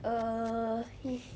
err